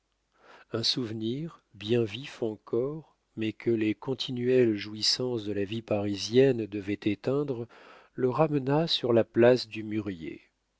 un souvenir bien vif encore mais que les continuelles jouissances de la vie parisienne devaient éteindre le ramena sur la place du mûrier